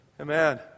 Amen